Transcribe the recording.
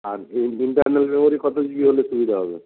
আর যে internal memory কত GB হলে সুবিধা হবে